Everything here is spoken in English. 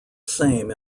same